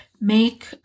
make